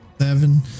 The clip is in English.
Seven